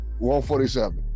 147